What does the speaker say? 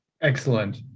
Excellent